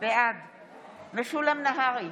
בעד משולם נהרי,